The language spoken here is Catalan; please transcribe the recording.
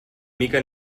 mica